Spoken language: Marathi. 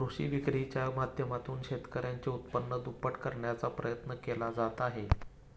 कृषी विक्रीच्या माध्यमातून शेतकऱ्यांचे उत्पन्न दुप्पट करण्याचा प्रयत्न केले जात आहेत